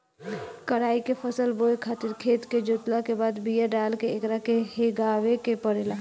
कराई के फसल बोए खातिर खेत के जोतला के बाद बिया डाल के एकरा के हेगावे के पड़ेला